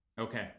Okay